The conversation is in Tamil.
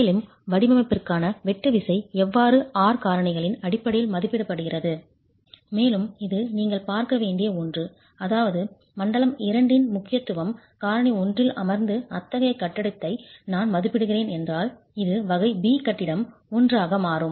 மேலும் வடிவமைப்பிற்கான வெட்டு விசை வெவ்வேறு R காரணிகளின் அடிப்படையில் மதிப்பிடப்படுகிறது மேலும் இது நீங்கள் பார்க்க வேண்டிய ஒன்று அதாவது மண்டலம் 2 இன் முக்கியத்துவம் காரணி 1 இல் அமர்ந்து அத்தகைய கட்டிடத்தை நான் மதிப்பிடுகிறேன் என்றால் இது வகை B கட்டிடம் 1 ஆக மாறும்